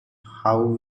how